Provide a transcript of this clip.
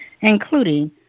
including